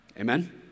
Amen